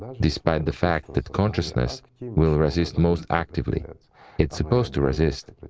despite the fact that consciousness will resist most actively, it's it's supposed to resist,